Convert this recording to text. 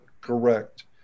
correct